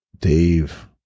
Dave